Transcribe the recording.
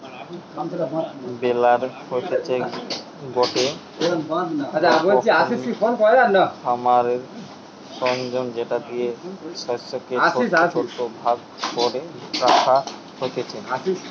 বেলার হতিছে গটে রকমের খামারের সরঞ্জাম যেটা দিয়ে শস্যকে ছোট ছোট ভাগ করে রাখা হতিছে